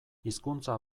hizkuntza